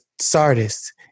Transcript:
Sardis